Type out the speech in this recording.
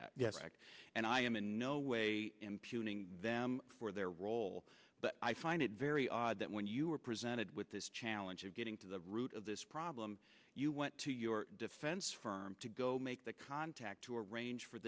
that and i am in no way impugning them for their role but i find it very odd that when you were presented with this challenge of getting to the root of this problem you went to your defense firm to go make the contact to arrange for